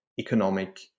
economic